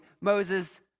moses